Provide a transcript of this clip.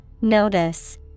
Notice